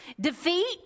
Defeat